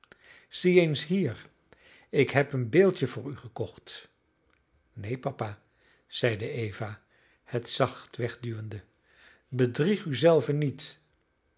zie eens hier ik heb een beeldje voor u gekocht neen papa zeide eva het zacht wegduwende bedrieg u zelven niet